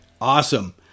Awesome